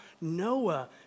Noah